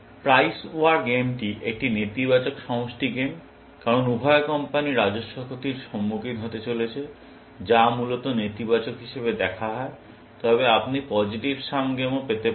price war গেমটি একটি নেতিবাচক সমষ্টি গেম কারণ উভয় কোম্পানি রাজস্ব ক্ষতির সম্মুখীন হতে চলেছে যা মূলত নেতিবাচক হিসাবে দেখা হয় তবে আপনি পজিটিভ সাম গেমও পেতে পারেন